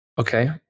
Okay